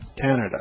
Canada